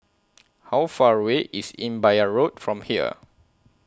How Far away IS Imbiah Road from here